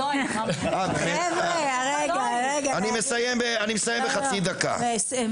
הסכנה הגדולה ביותר היא מקרים שבהם